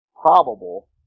probable